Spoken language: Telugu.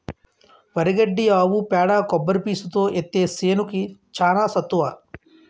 వరి గడ్డి ఆవు పేడ కొబ్బరి పీసుతో ఏత్తే సేనుకి చానా సత్తువ